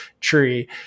tree